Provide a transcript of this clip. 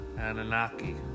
Anunnaki